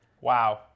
Wow